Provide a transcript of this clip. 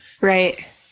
right